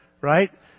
Right